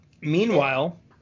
Meanwhile